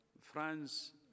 France